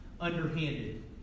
underhanded